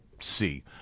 see